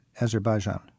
Azerbaijan